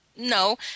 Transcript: No